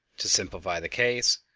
to simplify the case,